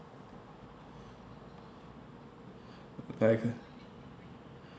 like